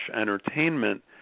entertainment